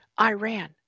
Iran